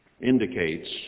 indicates